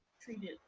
treated